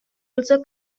also